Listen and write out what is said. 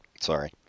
sorry